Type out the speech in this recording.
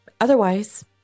Otherwise